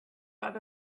out